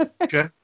Okay